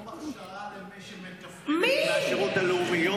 יום הכשרה למי שמטפל מהשירות הלאומי.